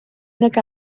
nag